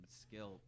skill